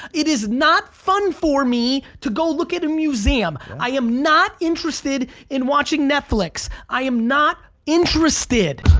it is not fun for me to go look at a museum. i am not interested in watching netflix. i am not interested.